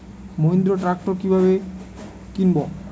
Mahindra tractor কিনবো কি ভাবে?